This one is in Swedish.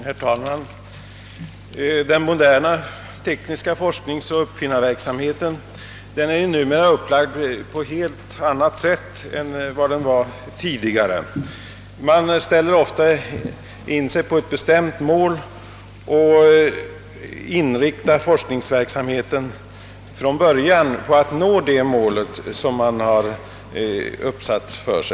Herr talman! Den moderna tekniska forskningsoch uppfinnarverksamheten är ju numera upplagd på helt annat sätt än tidigare. Man ställer ofta in sig på ett bestämt mål och inriktar från början forskningsverksamheten på att nå detta mål.